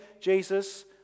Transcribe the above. Jesus